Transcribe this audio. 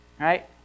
Right